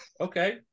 okay